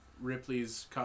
Ripley's